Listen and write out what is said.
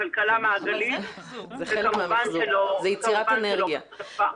בכלכלה מעגלית וכמובן שלא בשריפה.